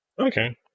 Okay